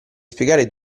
spiegare